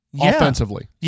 offensively